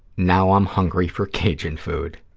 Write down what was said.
now i'm hungry for cajun food.